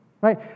right